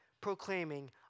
proclaiming